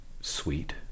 sweet